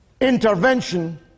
intervention